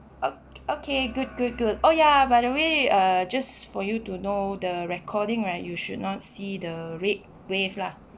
okay good good good oh ya by the way err just for you to know the recording right you should not see the red wave lah